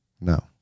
No